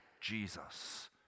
Jesus